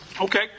Okay